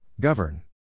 Govern